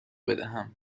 بدهم